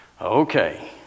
Okay